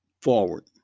forward